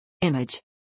Image